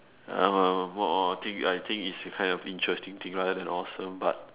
uh think I think it's a kind of interesting thing rather than awesome but